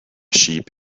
sheep